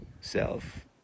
self